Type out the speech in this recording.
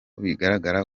bigaragara